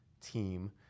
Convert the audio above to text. team